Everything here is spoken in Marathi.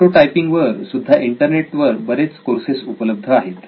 प्रोटोटायपिंग वर सुद्धा इंटरनेटवर बरेच कोर्सेस उपलब्ध आहेत